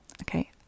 okay